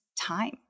time